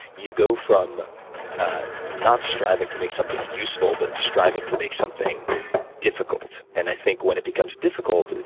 you go from not striving to make something useful, but striving to make something difficult. and i think when it becomes difficult,